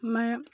मैं